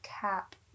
cap